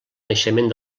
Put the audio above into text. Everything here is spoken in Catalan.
naixement